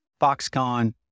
Foxconn